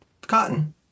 cotton